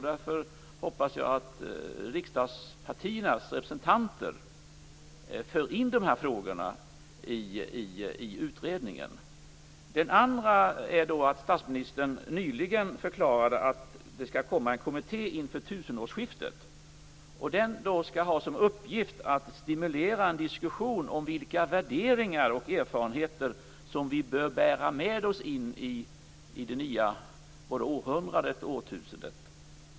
Därför hoppas jag att riksdagspartiernas representanter för in de här frågorna i utredningen. Det andra är att statsministern nyligen förklarade att det skall bildas en kommitté inför tusenårsskiftet. Den skall ha som uppgift att stimulera en diskussion om vilka värderingar och erfarenheter som vi bör bära med oss in i det nya århundradet och årtusendet.